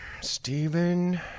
Stephen